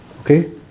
Okay